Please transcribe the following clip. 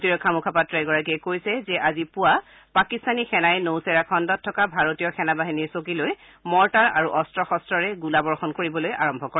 প্ৰতিৰক্ষা মুখপাত্ৰগৰাকীয়ে কৈছে যে আজি পুৱা পাকিস্তানী সেনাই নৌচেৰা খণ্ডত থকা ভাৰতীয় সেনাবাহিনীৰ চকীলৈ মৰ্টাৰ আৰু সৰু অস্ত্ৰ শব্ৰৰে গুলীবৰ্ষণ কৰিবলৈ আৰম্ভ কৰে